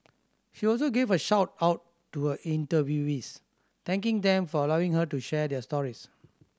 she also gave a shout out to her interviewees thanking them for allowing her to share their stories